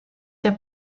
der